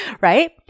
Right